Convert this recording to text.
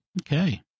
Okay